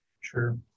sure